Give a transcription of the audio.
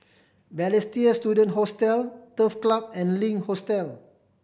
Balestier Student Hostel Turf Club and Link Hotel